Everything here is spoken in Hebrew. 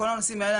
כל הנושאים האלה,